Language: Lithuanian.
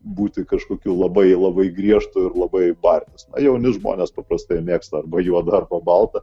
būti kažkokiu labai labai griežtu ir labai bartis jauni žmonės paprastai mėgsta arba juoda arba balta